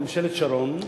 בממשלת שרון,